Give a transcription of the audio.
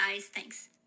Thanks